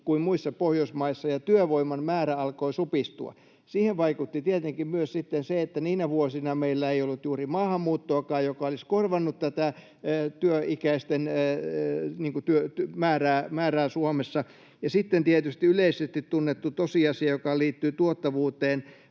kuin muissa Pohjoismaissa, ja työvoiman määrä alkoi supistua. Siihen vaikutti tietenkin myös sitten se, että niinä vuosina meillä ei ollut juuri maahanmuuttoakaan, joka olisi korvannut tätä työikäisten määrää Suomessa. Ja sitten tietysti yleisesti tunnettu tosiasia, joka liittyy tuottavuuteen: